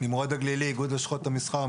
שמי נמרוד הגלילי, איגוד לשכות המסחר.